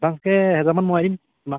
এডভাঞ্চকে এহেজাৰমান মৰোৱাই দিম তোমাক